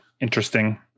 interesting